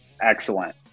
excellent